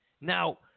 Now